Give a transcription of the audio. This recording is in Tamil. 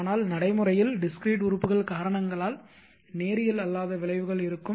ஆனால் நடைமுறையில் discrete உறுப்புகள் காரணங்களால் நேரியல் அல்லாத விளைவுகள் இருக்கும்